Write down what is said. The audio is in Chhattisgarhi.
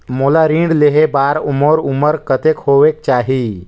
मोला ऋण लेहे बार मोर उमर कतेक होवेक चाही?